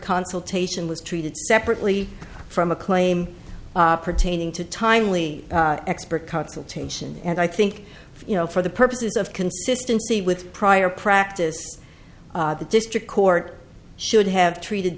consultation was treated separately from a claim pertaining to timely expert consultation and i think you know for the purposes of consistency with prior practice the district court should have treated